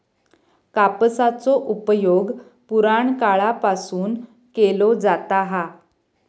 कापसाचो उपयोग पुराणकाळापासून केलो जाता हा